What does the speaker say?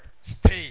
stay